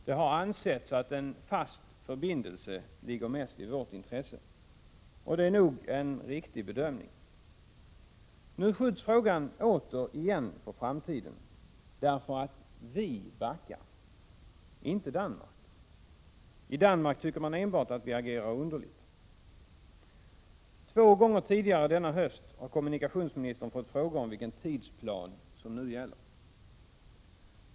Det har ansetts att en fast förbindelse ligger mest i vårt intresse. Det är nog en riktig bedömning. Nu skjuts frågan återigen på framtiden, därför att vi — inte Danmark — backar. I Danmark tycker man enbart att vi agerar underligt. Två gånger tidigare denna höst har kommunikationsministern fått frågor om vilken tidsplan som nu gäller.